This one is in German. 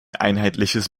einheitliches